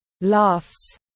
Laughs